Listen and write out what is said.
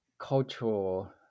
cultural